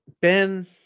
Ben